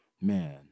man